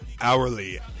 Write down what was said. Hourly